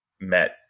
met